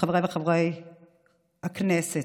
חברי הכנסת,